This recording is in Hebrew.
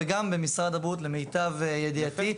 וגם במשרד הבריאות למיטב ידיעתי,